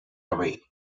away